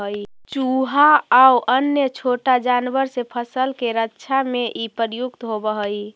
चुहा आउ अन्य छोटा जानवर से फसल के रक्षा में इ प्रयुक्त होवऽ हई